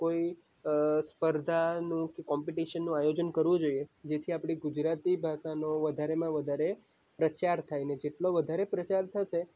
કોઈ સ્પર્ધાનું કે કોમ્પિટિશનનું આયોજન કરવું જોઈએ જેથી આપણી ગુજરાતી ભાષાનો વધારેમાં વધારે પ્રચાર થાય ને જેટલો વધારે પ્રચાર થશે